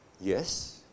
Yes